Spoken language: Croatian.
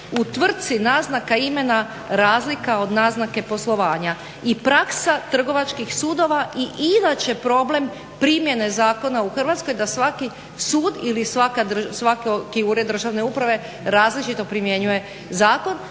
u tvrtci naznaka imena razlika od naznake poslovanja. I praksa trgovačkih sudova i inače je problem primjene zakona u Hrvatskoj da svaki sud ili svaki Ured državne uprave različito primjenjuje zakon.